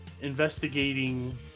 investigating